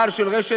בעל של רשת